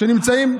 שנמצאים,